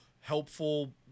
helpful